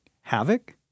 havoc